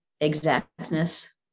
exactness